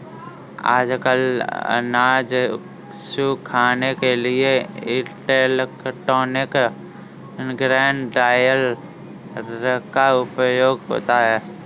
आजकल अनाज सुखाने के लिए इलेक्ट्रॉनिक ग्रेन ड्रॉयर का उपयोग होता है